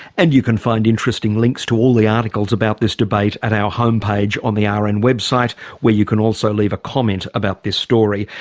and you can find interesting links to all the articles about this debate at our homepage on the rn and website where you can also leave a comment about this story.